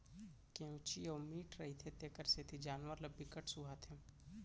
केंवची अउ मीठ रहिथे तेखर सेती जानवर ल बिकट सुहाथे